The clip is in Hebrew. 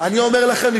אני אומר לכם,